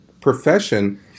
profession